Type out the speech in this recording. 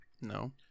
No